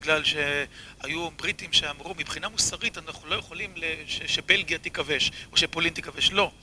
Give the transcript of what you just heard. בגלל שהיו בריטים שאמרו מבחינה מוסרית אנחנו לא יכולים שבלגיה תיכבש או שפולין תיכבש, לא